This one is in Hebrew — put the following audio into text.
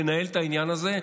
לנהל את העניין הזה,